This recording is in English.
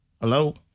Hello